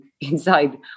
inside